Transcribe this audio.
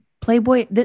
Playboy